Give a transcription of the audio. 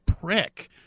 prick